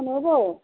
নবৌ